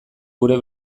gure